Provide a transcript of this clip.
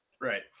Right